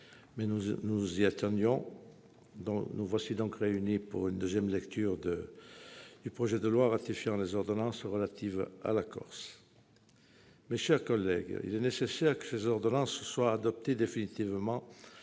nous y attendre, nous voici réunis pour une nouvelle lecture du projet de loi ratifiant les ordonnances relatives à la Corse. Mes chers collègues, il est nécessaire que ces ordonnances soient adoptées définitivement